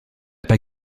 pas